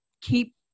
keep